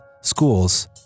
schools